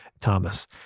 Thomas